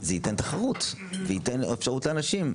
זה ייתן תחרות וייתן אפשרות לאנשים.